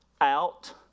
Out